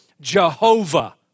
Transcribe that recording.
Jehovah